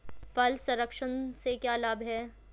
फल संरक्षण से क्या लाभ है?